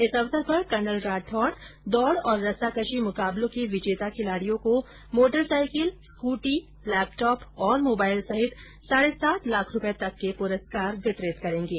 इस अवसर पर कर्नल राठौड़ दौड़ और रस्साकशी मुकाबलों के विजेता खिलाड़ियों को मोटरसाइकिल स्कूटी लैपटॉप और मोबाइल सहित साढे सात लाख रूपये तक के पुरस्कार वितरित करेगे